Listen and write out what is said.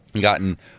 gotten